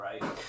Right